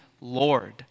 Lord